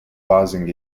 buzzing